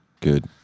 good